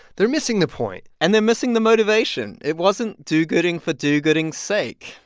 they're missing the point and they're missing the motivation. it wasn't do-gooding for do-gooding's sake.